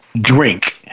drink